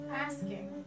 asking